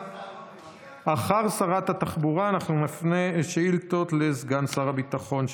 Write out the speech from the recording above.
אחרי שרת התחבורה אנחנו נפנה שאילתות לשר הביטחון,